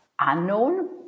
unknown